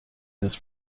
his